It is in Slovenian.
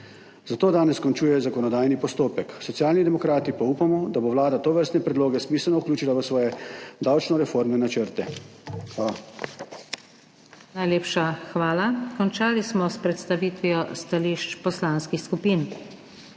Zato danes končuje zakonodajni postopek, Socialni demokrati pa upamo, da bo Vlada tovrstne predloge smiselno vključila v svoje davčno reformne načrte. Hvala. PODPREDSEDNICA NATAŠA SUKIČ: Najlepša hvala. Končali smo s predstavitvijo stališč poslanskih skupin.